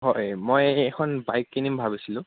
হয় মই এখন বাইক কিনিম ভাবিছিলোঁ